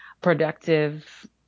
productive